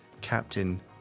Captain